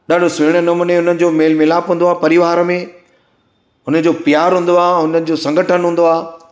ॾाढो सुहिणे नमूने हुन जो मेल मिलाप हूंदो आहे परिवार में हुनजो प्यार हूंदो आहे हुनजो संघठन हूंदो आहे